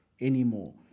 anymore